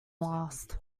last